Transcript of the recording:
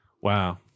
Wow